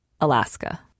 Alaska